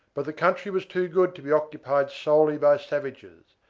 but the country was too good to be occupied solely by savages,